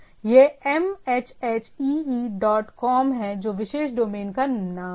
यह m h h e e dot com है जो विशेष डोमेन का नाम है